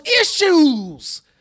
issues